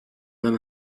than